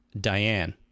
Diane